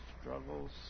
struggles